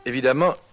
Évidemment